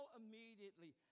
immediately